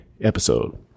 episode